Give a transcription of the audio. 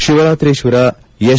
Shivaratrishwara S